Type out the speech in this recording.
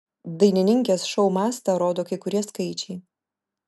dainininkės šou mastą rodo kai kurie skaičiai